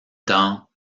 dans